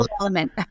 element